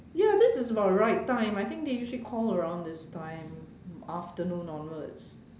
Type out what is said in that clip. ya this is about right time I think they usually call around this time afternoon onwards